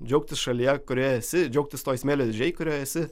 džiaugtis šalyje kurioj esi džiaugtis toj smėlio dėžėj kurioj esi